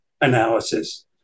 analysis